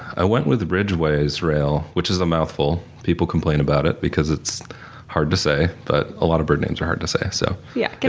i went with ridgway's rail which is a mouthful. people complain about it because it's hard to say but a lot of bird names are hard to say. so yeah. get